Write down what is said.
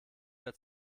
mehr